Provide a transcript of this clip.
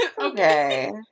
okay